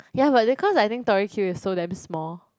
ya but then cause I think Tori-Q is so damn small